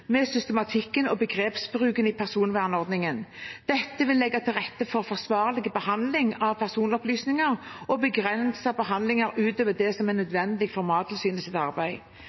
begrepsbruken i personvernforordningen. Dette vil legge til rette for forsvarlig behandling av personopplysninger og begrense behandlinger utover det som er nødvendig for Mattilsynets arbeid.